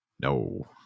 No